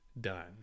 done